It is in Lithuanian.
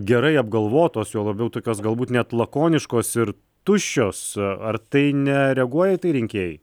gerai apgalvotos juo labiau tokios galbūt net lakoniškos ir tuščios ar tai nereaguoja į tai rinkėjai